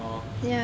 oh